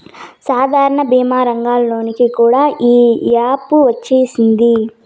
సాధారణ భీమా రంగంలోకి కూడా ఈ యాపు వచ్చేసింది